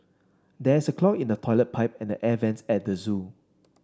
there is a clog in the toilet pipe and the air vents at the zoo